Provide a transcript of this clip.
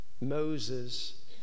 Moses